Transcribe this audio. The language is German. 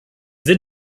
sind